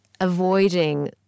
avoiding